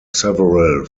several